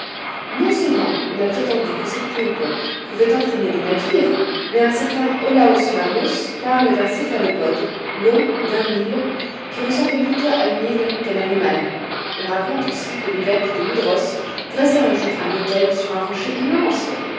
non seulement on a prétendu que ces poulpes pouvaient entraîner des navires mais un certain olaus magnus parle d'un céphalopode long d'un mille qui ressemblait plutôt à une île qu'à un animal on raconte aussi que l'évêque de nidros dressa un jour un autel sur un rocher immense